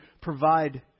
provide